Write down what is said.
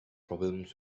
problems